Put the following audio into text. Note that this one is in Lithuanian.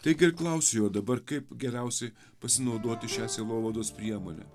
taigi ir klausiu jo dabar kaip geriausiai pasinaudoti šia sielovados priemone